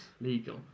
Legal